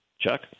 Chuck